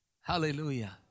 Hallelujah